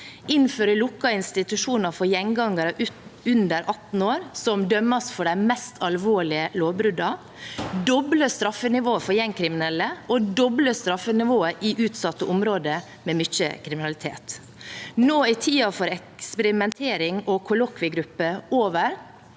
(første dag) 33 gangere under 18 år som dømmes for de mest alvorlige lovbruddene, doble straffenivået for gjengkriminelle og doble straffenivået i utsatte områder med mye kriminalitet. Nå er tiden for eksperimentering og kollokviegruppe over.